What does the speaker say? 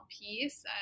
piece